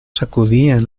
sacudían